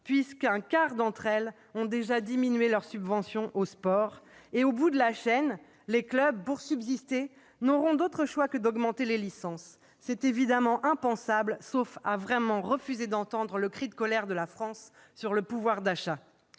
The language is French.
puisqu'un quart d'entre elles ont déjà diminué leurs subventions au sport. Au bout de la chaîne, les clubs, pour subsister, n'auront d'autre choix que d'augmenter le prix des licences. C'est évidemment impensable, sauf à vraiment refuser d'entendre le cri de colère de la France sur le pouvoir d'achat.